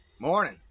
Morning